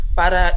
para